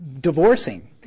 divorcing